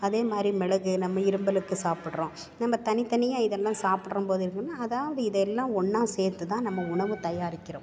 அதே மாதிரி மிளகு நம்ம இருமலுக்கு சாப்பிட்றோம் நம்ம தனி தனியாக இதெல்லாம் சாப்பிட்றம் போது எப்படின்னா அதாவது இதெல்லாம் ஒன்னாக சேர்த்து தான் நம்ம உணவு தயாரிக்கிறோம்